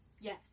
yes